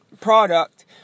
product